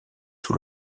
sous